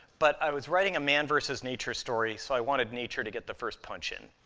but i was writing a man-versus-nature story, so i wanted nature to get the first punch in.